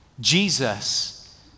Jesus